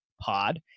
pod